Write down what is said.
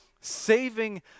saving